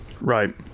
Right